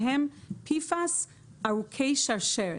אלו הם PFAS ארוכי שרשרת.